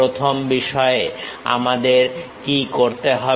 প্রথম বিষয়ে আমাদের কি করতে হবে